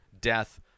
Death